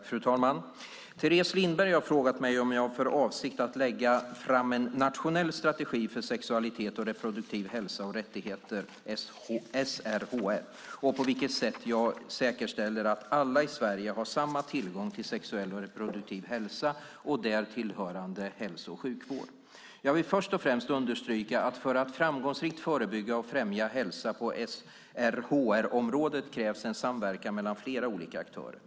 Fru talman! Teres Lindberg har frågat mig om jag har för avsikt att lägga fram en nationell strategi för sexualitet och reproduktiv hälsa och rättigheter och på vilket sätt jag säkerställer att alla i Sverige har samma tillgång till sexuell och reproduktiv hälsa och därtill hörande hälso och sjukvård. Jag vill först och främst understryka att för att framgångsrikt förebygga och främja hälsa på SRHR-området krävs det en samverkan mellan flera olika aktörer.